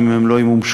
ואם הם לא ימומשו,